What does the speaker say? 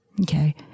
Okay